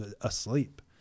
asleep